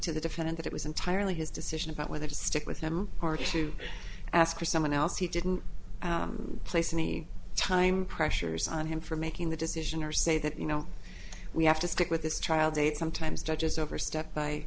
to the defendant that it was entirely his decision about whether to stick with them or to ask for someone else he didn't place any time pressures on him for making the decision or say that you know we have to stick with this trial date sometimes judges overstep